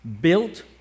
built